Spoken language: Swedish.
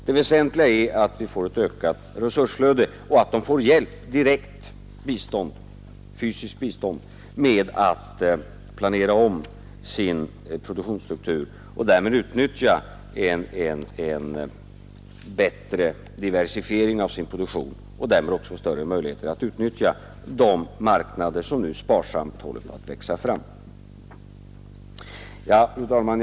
Det väsentliga är att de får ett ökat resursflöde och att de får hjälp, direkt fysiskt bistånd, med att planera om sin produktionsstruktur så att de kan utnyttja en bättre diversifiering av sin produktion och därmed också få större möjligheter att utnyttja de marknader som nu sparsamt håller på att växa fram. Fru talman!